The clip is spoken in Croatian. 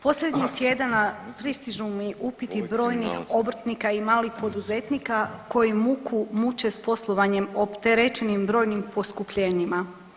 Posljednjih tjedana pristižu mi upiti brojnih obrtnika i malih poduzetnika koji muku muče s poslovanjem opterećenim brojnim poskupljenjima.